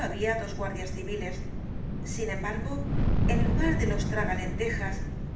ha bía dos guardias civiles sin embargo en lugar de los traga lentejas